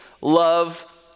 love